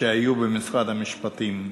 שהיו במשרד המשפטים,